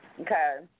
Okay